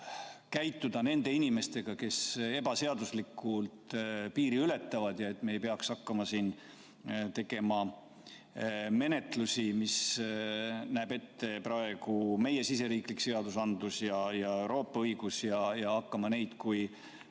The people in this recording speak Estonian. käituda nende inimestega, kes ebaseaduslikult piiri ületavad, ja et me ei peaks hakkama tegema menetlusi, mida näevad praegu ette meie siseriiklik seadusandlus ja Euroopa õigus, ning hakkama neid